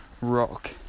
rock